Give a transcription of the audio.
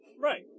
Right